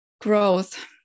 growth